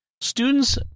students